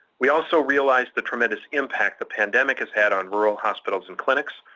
we also realize the tremendous impact the pandemic has had on rural hospitals and clinics,